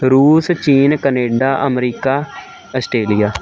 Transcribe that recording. ਰੂਸ ਚੀਨ ਕਨੇਡਾ ਅਮਰੀਕਾ ਆਸਟ੍ਰੇਲੀਆ